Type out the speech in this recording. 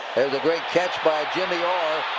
a great catch by jimmy orr.